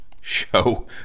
show